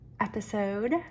episode